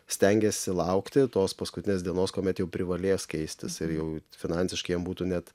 stengiasi laukti tos paskutinės dienos kuomet jau privalės keistis ir jau finansiškai būtų net